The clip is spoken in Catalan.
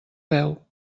veu